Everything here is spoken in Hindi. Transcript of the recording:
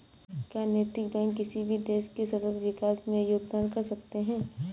क्या नैतिक बैंक किसी भी देश के सतत विकास में योगदान कर सकते हैं?